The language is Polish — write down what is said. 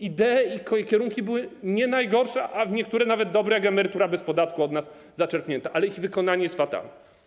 idee i kierunki były nie najgorsze, a niektóre nawet dobre, jak emerytura bez podatku od nas zaczerpnięta, ale ich wykonanie jest fatalne.